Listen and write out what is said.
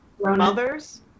Mothers